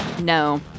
No